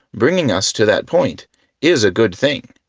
bringing us to that point is a good thing.